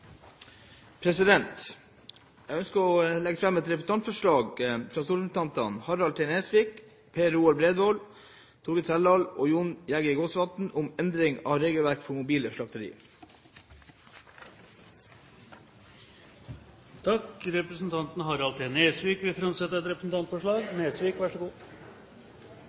representantforslag. Jeg ønsker å legge fram et representantforslag fra stortingsrepresentantene Harald T. Nesvik, Per Roar Bredvold, Torgeir Trældal og Jon Jæger Gåsvatn om endring av regelverk for mobile slakteri. Representanten Harald T. Nesvik vil framsette et representantforslag.